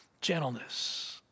gentleness